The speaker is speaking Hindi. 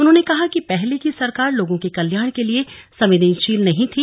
उन्हों ने कहा कि पहले की सरकार लोगों के कल्याण के लिए संवेदनशील नहीं थी